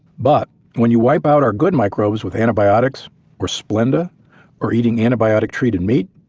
but when you wipe out our good microbes with antibiotics or splenda or eating anti biotic treated meat,